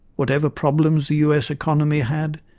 whatever problems the us economy had,